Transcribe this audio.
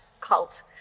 cult